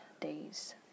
days